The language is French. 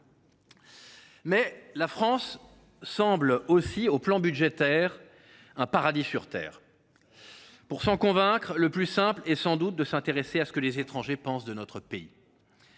Mais la France semble aussi, sur le plan budgétaire, un paradis sur terre. Pour s’en convaincre, le plus simple est sans doute de s’intéresser à ce que les étrangers pensent de notre pays.